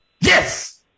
Yes